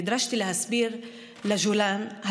נדרשתי להסביר לג'ולאן,